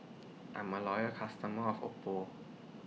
I'm A Loyal customer of Oppo